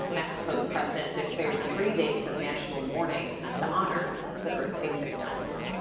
mexico's president declared three days of national mourning to honor the earthquake victims.